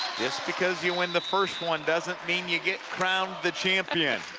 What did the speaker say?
just because you win the first one doesn't mean you get crownedthe champion.